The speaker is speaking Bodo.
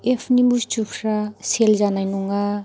एपनि बुसथुफ्रा सेल जानाय नङा